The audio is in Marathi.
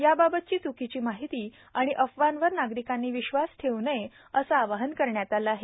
याबाबतचीचुकीचीमाहितीआणिअफवांवरनागरिकांनीविश्वासठेवूनये असंआवाहनकरण्यातआलंआहे